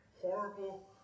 horrible